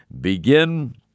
begin